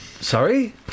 Sorry